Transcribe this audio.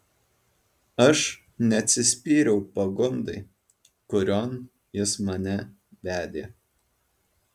aš neatsispyriau pagundai kurion jis mane vedė